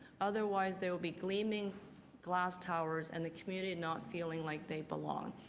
otherwise they will be gleaming glass towers and the community not feeling like they belong.